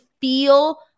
feel